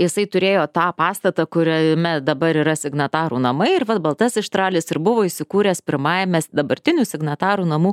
jisai turėjo tą pastatą kuriame dabar yra signatarų namai ir vat baltasis štralis ir buvo įsikūręs pirmajame dabartinių signatarų namų